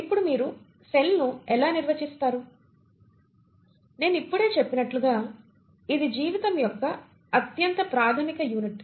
ఇప్పుడు మీరు సెల్ను ఎలా నిర్వచిస్తారు నేను ఇప్పుడే చెప్పినట్లుగా ఇది జీవితం యొక్క అత్యంత ప్రాథమిక యూనిట్